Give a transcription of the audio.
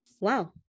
wow